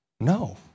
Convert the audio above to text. No